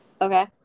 Okay